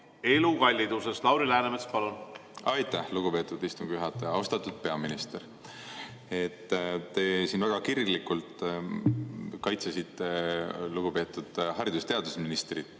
elukallidus. Lauri Läänemets, palun! Aitäh, lugupeetud istungi juhataja! Austatud peaminister! Te siin väga kirglikult kaitsesite lugupeetud haridus‑ ja teadusministrit